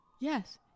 Yes